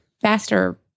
faster